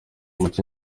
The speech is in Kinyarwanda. muco